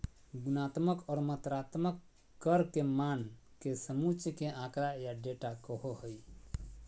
गुणात्मक और मात्रात्मक कर के मान के समुच्चय के आँकड़ा या डेटा कहो हइ